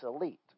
elite